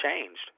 changed